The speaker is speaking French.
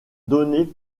donné